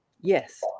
Yes